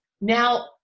Now